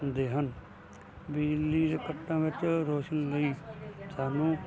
ਹੁੰਦੇ ਹਨ ਬਿਜਲੀ ਦੇ ਕੱਟਾਂ ਵਿੱਚ ਰੋਸ਼ਨ ਲਈ ਸਾਨੂੰ